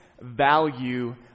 value